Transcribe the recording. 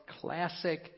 classic